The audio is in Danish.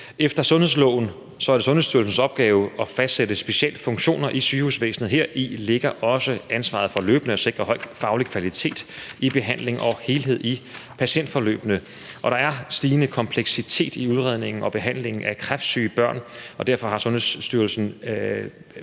Efter sundhedsloven er det Sundhedsstyrelsens opgave at fastsætte specialfunktioner i sygehusvæsenet, og heri ligger også ansvaret for løbende at sikre en høj faglig kvalitet i behandlingen og helhed i patientforløbene. Der er en stigende kompleksitet i udredningen og behandlingen af kræftsyge børn, og derfor har Sundhedsstyrelsen